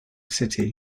city